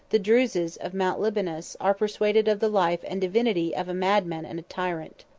the druses of mount libanus, are persuaded of the life and divinity of a madman and tyrant.